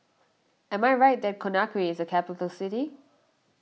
am I right that Conakry is a capital city